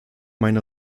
meine